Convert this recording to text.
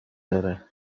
داره